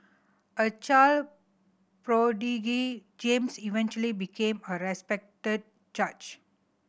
a child prodigy James eventually became a respected judge